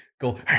go